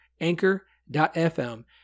anchor.fm